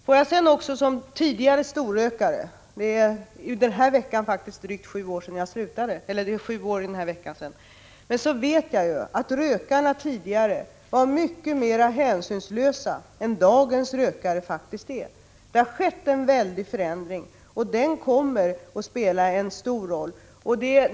Får jag som gammal storrökare — den här veckan är det faktiskt drygt sju år sedan jag slutade — säga att jag vet att rökarna tidigare faktiskt var mycket mera hänsynslösa än dagens rökare. Det har skett en väldig förändring, och den kommer att spela en stor roll.